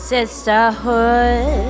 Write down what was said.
Sisterhood